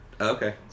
Okay